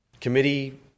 committee